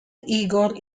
igor